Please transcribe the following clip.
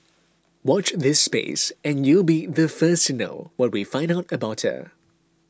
watch this space and you'll be the first to know what we find out about her